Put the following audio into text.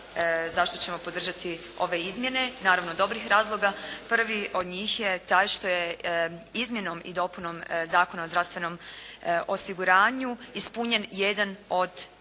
zašto ćemo podržati ove izmjene, naravno dobrih razloga. Prvi od njih je taj što je izmjenom i dopunom Zakona o zdravstvenom osiguranju ispunjen jedan od